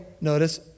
notice